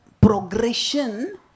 progression